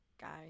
Guys